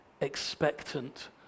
expectant